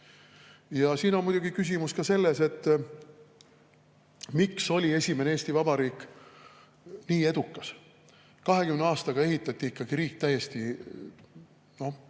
Siin on muidugi küsimus ka selles, miks oli esimene Eesti Vabariik nii edukas. 20 aastaga ehitati riik täiesti